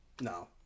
No